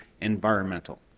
environmental